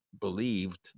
believed